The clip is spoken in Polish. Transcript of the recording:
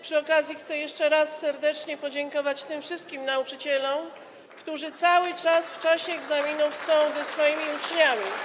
Przy okazji chcę jeszcze raz serdecznie podziękować tym wszystkim nauczycielom, którzy cały czas w czasie egzaminów są ze swoimi uczniami.